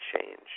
change